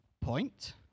point